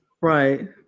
Right